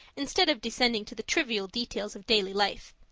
instead of descending to the trivial details of daily life.